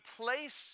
place